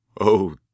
Oh